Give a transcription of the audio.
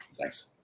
Thanks